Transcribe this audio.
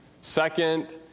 Second